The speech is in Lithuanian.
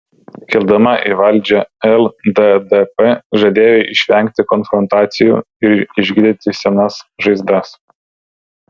kildama į valdžią lddp žadėjo išvengti konfrontacijų ir išgydyti senas žaizdas